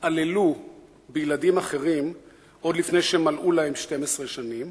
התעללו בילדים אחרים עוד לפני שמלאו להם 12 שנים,